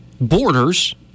Borders